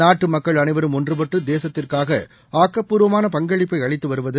நாட்டுமக்கள் அனைவரும் ஒன்றுபட்டுதேசத்துக்காகஆக்கப்பூர்வமான பங்களிப்பைஅளித்துவருவது